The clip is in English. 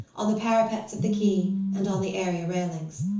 on the parapets of the quay and on the area railings.